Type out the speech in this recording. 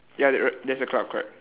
ya there err there's a cloud correct